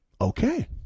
Okay